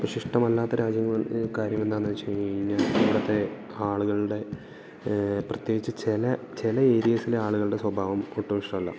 പക്ഷേ ഇഷ്ടമല്ലാത്ത രാജ്യങ്ങൾ കാര്യമെന്താന്ന് വെച്ച് കഴിഞ്ഞ് കഴിഞ്ഞാൽ ഇവിടത്തെ ആളുകളുടെ പ്രത്യേകിച്ച് ചില ചില ഏരിയാസിലെ ആളുകളുടെ സ്വഭാവം ഒട്ടും ഇഷ്ടമല്ല